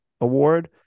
award